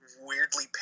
weirdly